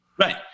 Right